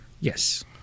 Yes